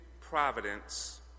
providence